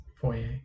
Foyer